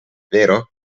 vero